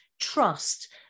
trust